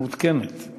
הרשימה לא מעודכנת במחשב?